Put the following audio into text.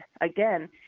Again